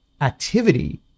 activity